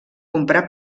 comprar